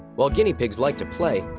while guinea pigs like to play,